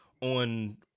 on